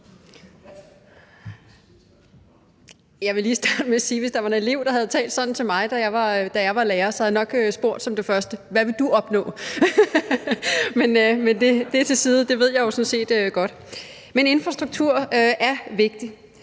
Jeg vil lige starte med at sige, at hvis der var en elev, der havde talt sådan til mig, da jeg var lærer, så havde jeg nok spurgt som det første: Hvad vil du opnå? Men det til side – for det ved jeg jo sådan set godt. Men infrastruktur er vigtigt.